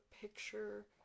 picture